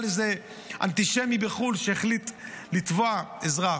איזה אנטישמי בחו"ל שהחליט לתבוע אזרח.